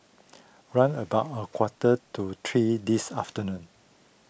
round about a quarter to three this afternoon